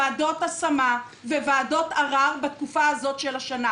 ועדות השמה וועדות ערר בתקופה הזאת של השנה.